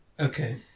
okay